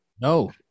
No